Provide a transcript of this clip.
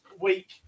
week